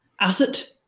asset